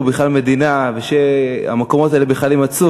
בכלל מדינה ושהמקומות האלה בכלל יימצאו,